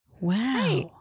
Wow